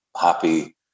happy